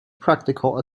practical